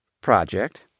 project